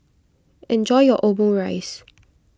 enjoy your Omurice